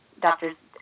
doctors